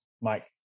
Mike